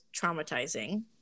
traumatizing